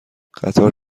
قطار